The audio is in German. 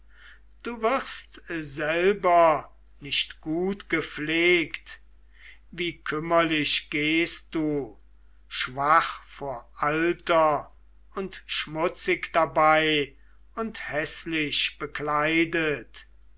du wirst selber nicht gut gepflegt wie kümmerlich gehst du schwach vor alter und schmutzig dabei und häßlich bekleidet